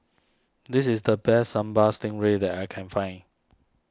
this is the best Sambal Stingray that I can find